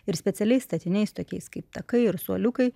ir specialiais statiniais tokiais kaip takai ir suoliukai